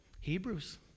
Hebrews